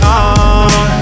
on